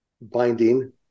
binding